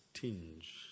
tinge